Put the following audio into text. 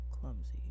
clumsy